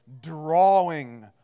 drawing